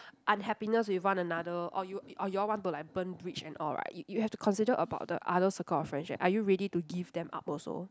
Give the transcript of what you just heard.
unhappiness with one another or you or you all want to like burn bridge and all right you you have to consider about the other circle of friends leh are you ready to give them up also